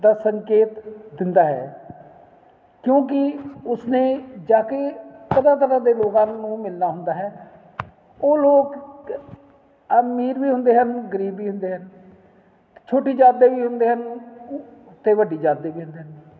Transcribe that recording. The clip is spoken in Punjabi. ਦਾ ਸੰਕੇਤ ਦਿੰਦਾ ਹੈ ਕਿਉਂਕਿ ਉਸਨੇ ਜਾ ਕੇ ਤਰ੍ਹਾਂ ਤਰ੍ਹਾਂ ਦੇ ਲੋਕਾਂ ਨੂੰ ਮਿਲਣਾ ਹੁੰਦਾ ਹੈ ਉਹ ਲੋਕ ਅਮੀਰ ਵੀ ਹੁੰਦੇ ਹਨ ਗਰੀਬ ਵੀ ਹੁੰਦੇ ਹਨ ਛੋਟੀ ਜਾਤ ਦੇ ਵੀ ਹੁੰਦੇ ਹਨ ਅਤੇ ਵੱਡੀ ਜਾਤ ਦੇ ਹੁੰਦੇ ਹਨ